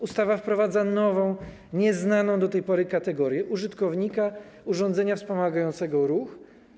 Ustawa wprowadza nową, nieznaną do tej pory kategorię: użytkownika urządzenia wspomagającego ruch.